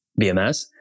BMS